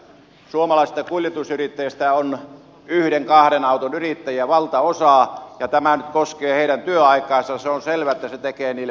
suomalaisista kuljetusyrittäjistä on yhden kahden auton yrittäjiä valtaosa ja tämä nyt koske heidän työaikaansa ja se on selvä että se tekee niille yrityskuolemat